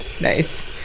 Nice